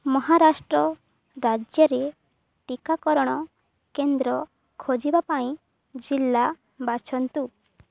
ମହାରାଷ୍ଟ୍ର ରାଜ୍ୟରେ ଟିକାକରଣ କେନ୍ଦ୍ର ଖୋଜିବା ପାଇଁ ଜିଲ୍ଲା ବାଛନ୍ତୁ